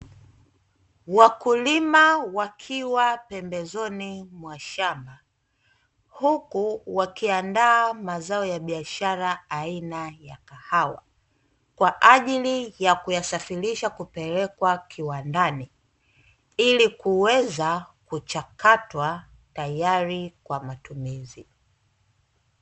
Wakulima wakiwa pembezoni mwa shamba, huku wakiandaa mazao ya biashara aina ya kahawa, kwa ajili ya kuyasafirisha kupelekwa kiwandani ili kuweza kuchakatwa tayari kwa matumizi.